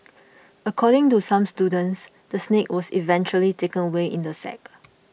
according to some students the snake was eventually taken away in a sack